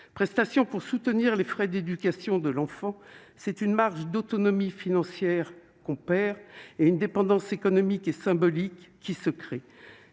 prestation pour soutenir les frais d'éducation de l'enfant, c'est une marge d'autonomie financière qu'on perd et une dépendance économique et symbolique qui se crée,